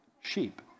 sheep